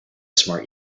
smart